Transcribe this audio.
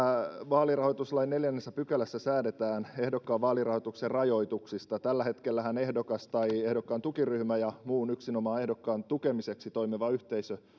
vaalirahoituslain neljännessä pykälässä säädetään ehdokkaan vaalirahoituksen rajoituksista tällä hetkellähän ehdokas tai ehdokkaan tukiryhmä ja muu yksinomaan ehdokkaan tukemiseksi toimiva yhteisö